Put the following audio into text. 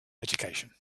education